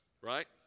Right